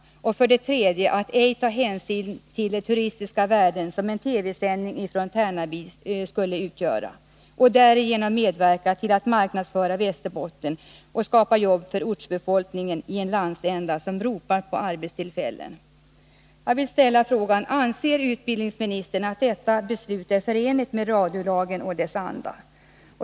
3. Att ej ta hänsyn till de turistiska värden som en TV-sändning från Tärnaby skulle utgöra och därigenom medverka till att marknadsföra Västerbotten och skapa jobb för ortsbefolkningen i en landsända som ropar på arbetstillfällen. Jag vill ställa frågan: Anser utbildningsministern att detta beslut är förenligt med radiolagen och dess anda?